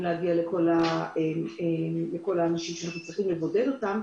להגיע לכל האנשים שאנחנו צריכים לבודד אותם,